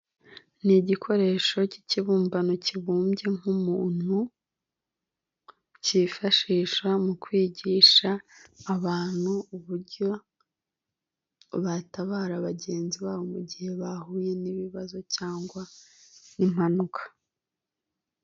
Ni igikoresho cy'ikibumbano kibumbye nk'umuntu cyifashisha mu kwigisha abantu uburyo batabara bagenzi babo mu gihe bahuye n'ibibazo cyangwa n'impanuka.